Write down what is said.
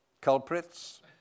culprits